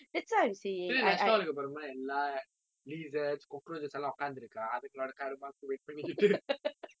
சரி:sari restaurant இருக்கு போருமா எல்லா:irukku porumaa ellaa lizards cockroaches எல்லா உட்கார்ந்திருக்கா அதுங்களோட:ellaa utkaarnthirukkaa athungaloda karma wait பண்ணிக்கிட்டு:pannikkittu